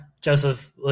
Joseph